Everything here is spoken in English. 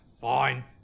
Fine